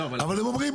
אבל הם אומרים,